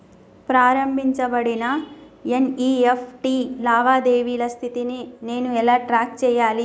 ప్రారంభించబడిన ఎన్.ఇ.ఎఫ్.టి లావాదేవీల స్థితిని నేను ఎలా ట్రాక్ చేయాలి?